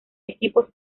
equipos